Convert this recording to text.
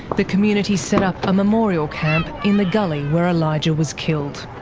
the community set up a memorial camp in the gully where elijah was killed.